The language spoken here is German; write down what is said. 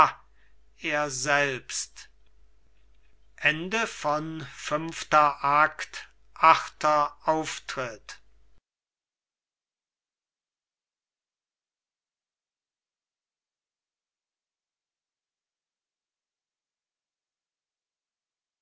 er selbst neunter auftritt